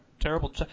Terrible